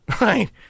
Right